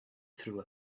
through